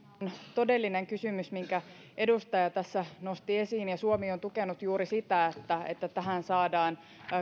todellinen kysymys minkä edustaja tässä nosti esiin ja suomi on tukenut juuri sitä että että tähän saadaan